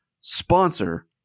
sponsor